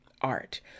art